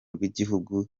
rw’igihugu